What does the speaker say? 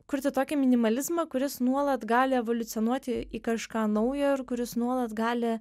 kurti tokį minimalizmą kuris nuolat gali evoliucionuoti į kažką naujo ir kuris nuolat gali